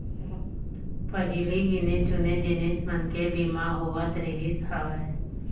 पहिली गिने चुने जिनिस मन के बीमा होवत रिहिस हवय